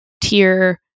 tier